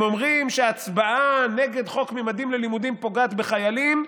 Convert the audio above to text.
הם אומרים שההצבעה נגד חוק ממדים ללימודים פוגעת בחיילים.